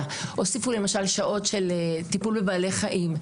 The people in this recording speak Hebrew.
והוסיפו לי שעות של טיפול בבעלי חיים.